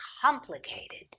complicated